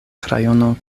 krajono